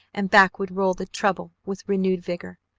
and back would roll the trouble with renewed vigor.